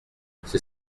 c’est